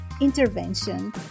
intervention